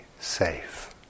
safe